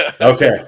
okay